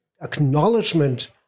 acknowledgement